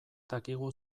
dakigu